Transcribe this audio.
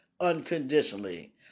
unconditionally